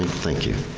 thank you.